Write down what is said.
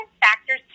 factors